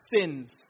sins